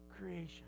creation